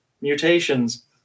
mutations